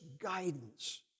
guidance